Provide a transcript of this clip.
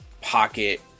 pocket